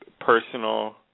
personal